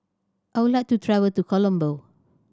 I would like to travel to Colombo